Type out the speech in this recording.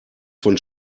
von